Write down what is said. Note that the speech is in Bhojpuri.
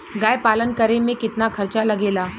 गाय पालन करे में कितना खर्चा लगेला?